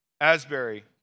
Asbury